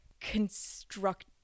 construct